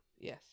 Yes